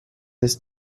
this